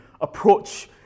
approach